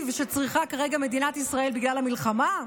שצריכה כרגע מדינת ישראל בגלל המלחמה?